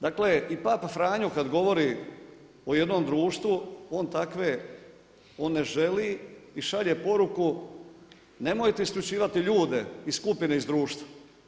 Dakle i papa Franjo kad govori o jednom društvu on takve, on ne želi i šalje poruku nemojte isključivati ljude iz skupine, iz društva.